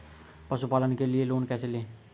पशुपालन के लिए लोन कैसे लें?